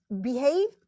behave